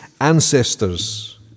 ancestors